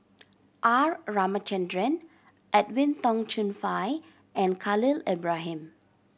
R Ramachandran Edwin Tong Chun Fai and Khalil Ibrahim